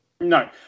No